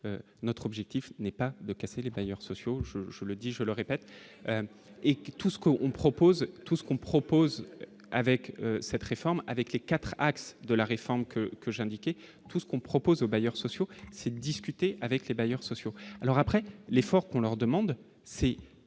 notre objectif n'est pas le casser les bailleurs sociaux, je, je le dis, je le répète et que tout ce qu'on propose tout ce qu'on propose, avec cette réforme, avec les 4 axes de la réforme que que j'ai indiqué tout ce qu'on propose aux bailleurs sociaux c'est discuter avec les bailleurs sociaux alors après l'effort qu'on leur demande si c'est